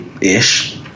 ish